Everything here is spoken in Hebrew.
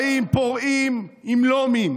באים פורעים עם לומים,